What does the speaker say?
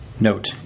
Note